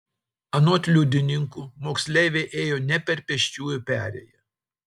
anot liudininkų moksleivė ėjo ne per pėsčiųjų perėją